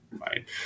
right